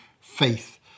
faith